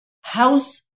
house